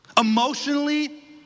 Emotionally